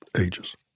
ages